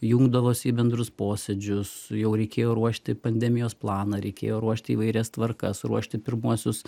jungdavosi į bendrus posėdžius jau reikėjo ruošti pandemijos planą reikėjo ruošti įvairias tvarkas ruošti pirmuosius